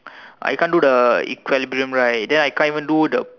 I can't do the equilibrium right then I can't even do the